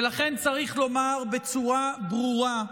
ולכן צריך לומר בצורה ברורה: